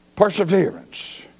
perseverance